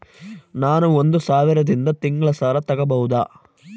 ನಾನು ಒಂದು ಸಾವಿರದಿಂದ ತಿಂಗಳ ಸಾಲ ತಗಬಹುದಾ?